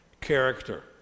character